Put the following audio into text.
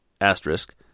asterisk